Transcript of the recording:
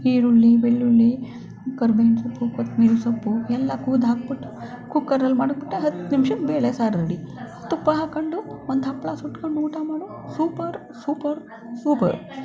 ಈರುಳ್ಳಿ ಬೆಳ್ಳುಳ್ಳಿ ಕರಿಬೇವಿನ ಸೊಪ್ಪು ಕೊತ್ತಂಬರಿ ಸೊಪ್ಪು ಎಲ್ಲ ಕೊಯ್ದು ಹಾಕಿಬಿಟ್ಟು ಕುಕ್ಕರಲ್ಲಿ ಮಡಗಿಬಿಟ್ಟೆ ಹತ್ತು ನಿಮ್ಷಕ್ಕೆ ಬೇಳೆ ಸಾರು ರೆಡಿ ತುಪ್ಪ ಹಾಕ್ಕೊಂಡು ಒಂದು ಹಪ್ಪಳ ಸುಟ್ಕೊಂಡು ಊಟ ಮಾಡು ಸೂಪರು ಸೂಪರು ಸೂಪರ್